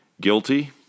guilty